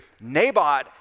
Naboth